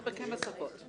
תסכם.